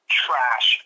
trash